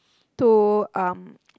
to um